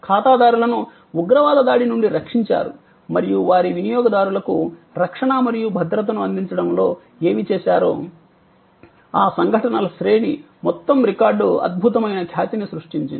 ఖాతాదారులను ఉగ్రవాద దాడి నుండి రక్షించారు మరియు వారి వినియోగదారులకు రక్షణ మరియు భద్రతను అందించడంలో ఏమి చేసారో ఆ సంఘటనల శ్రేణి మొత్తం రికార్డ్ అద్భుతమైన ఖ్యాతిని సృష్టించింది